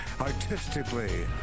Artistically